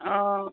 অঁ